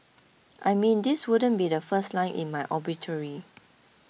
I mean this wouldn't be the first line in my obituary